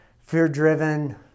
fear-driven